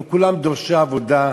הלוא כולם דורשי עבודה.